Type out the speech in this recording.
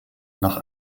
nach